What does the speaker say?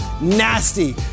nasty